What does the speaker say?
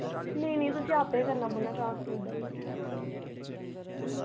नेईं नेईं तुसें आपें गै करना पौना ट्रांसपोर्ट दा बी